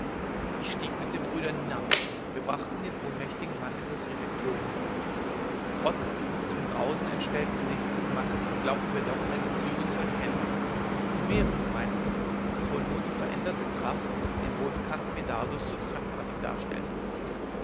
ich stieg mit den brüdern hinab wir brachten den ohnmächtigen mann in das refektorium trotz des bis zum grausen entstellten gesichts des mannes glaubten wir doch deine züge zu erkennen und mehrere meinten daß wohl nur die voränderte tracht den wohlbekannten medardus so fremdartig darstelle